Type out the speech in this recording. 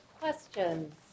questions